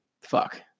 fuck